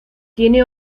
tiene